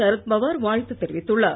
சரத்பவார்வாழ்த்துதெரிவித்துள்ளார்